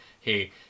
hey